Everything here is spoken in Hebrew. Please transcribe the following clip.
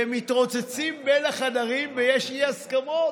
ומתרוצצים בין החדרים ויש אי-הסכמות,